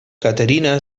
caterina